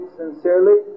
sincerely